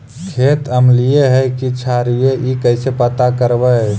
खेत अमलिए है कि क्षारिए इ कैसे पता करबै?